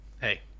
Hey